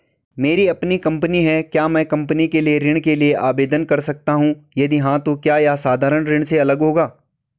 मेरी अपनी कंपनी है क्या मैं कंपनी के लिए ऋण के लिए आवेदन कर सकता हूँ यदि हाँ तो क्या यह साधारण ऋण से अलग होगा?